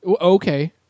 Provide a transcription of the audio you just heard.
Okay